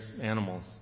animals